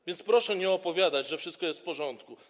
A więc proszę nie opowiadać, że wszystko jest w porządku.